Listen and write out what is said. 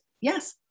yes